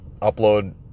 upload